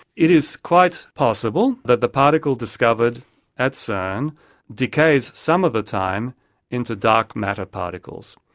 it is quite possible that the particle discovered at cern decays some of the time into dark matter particles.